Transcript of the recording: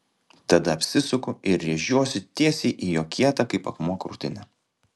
tada apsisuku ir rėžiuosi tiesiai į jo kietą kaip akmuo krūtinę